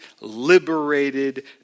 liberated